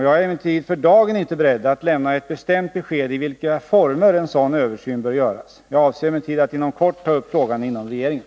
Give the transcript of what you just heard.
Jag är emellertid för dagen inte beredd att lämna ett bestämt besked i vilka former en sådan översyn bör göras. Jag avser emellertid att inom kort ta upp frågan inom regeringen.